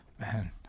man